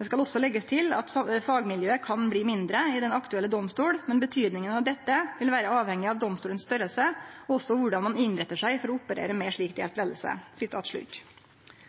Det skal også legges til at fagmiljøet kan bli mindre i den aktuelle domstol, men betydningen av dette vil være avhengig av domstolens størrelse og også hvordan man innretter seg for å operere med slik delt ledelse.» Heilt til slutt: